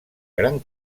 gran